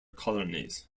colonies